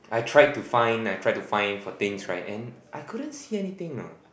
I tried to find I tried to find for things right and I couldn't see anything know